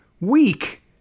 weak